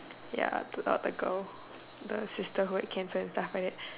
ya to the other girl the sister who had cancer and stuff like that